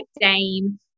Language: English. Dame